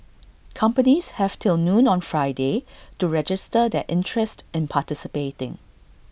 companies have till noon on Friday to register their interest in participating